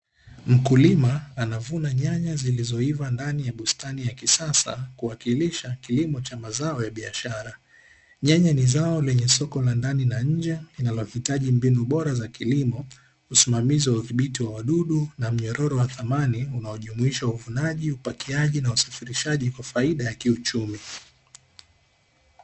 Mkulima anavuna nyanya zilizoiva ndani ya bustani ya kisasa, kuwakilisha kilimo cha mazao ya biashara. Nyanya ni zao lenye soko la ndani na nje, linalohitaji mbinu bora za kilimo, usimamizi wa udhibiti wa wadudu na mnyororo wa thamani unaojumuisha uvunaji, upakiaji na usafirishaji kwa faida ya kiuchumi.